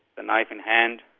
the knife in hand,